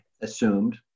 assumed